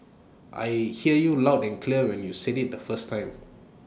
I hear you loud and clear when you said IT the first time